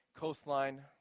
coastline